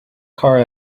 car